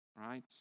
right